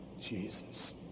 jesus